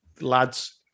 Lads